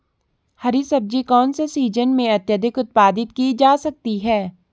हरी सब्जी कौन से सीजन में अत्यधिक उत्पादित की जा सकती है?